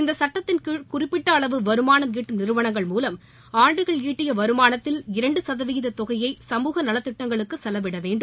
இந்த சுட்டத்தின் கீழ் குறிப்பிட்ட அளவு வருமானம் ஈட்டும் நிறுவனங்கள் மூன்று ஆண்டுகள் ஈட்டிய வருமானத்தில் இரண்டு சதவீதத் தொகையை சமூக நலத்திட்டங்களுக்கு செலவிட வேண்டும்